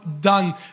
done